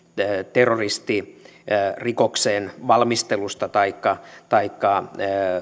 terroristirikoksen valmistelusta taikka taikka